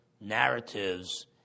narratives